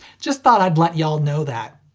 just thought i'd let y'all know that!